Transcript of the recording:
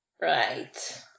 Right